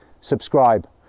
subscribe